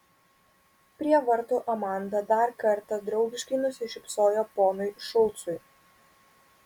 prie vartų amanda dar kartą draugiškai nusišypsojo ponui šulcui